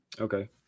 okay